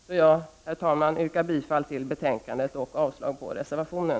Herr talman! Jag yrkar bifall till utskottets hemställan och avslag på reservationen.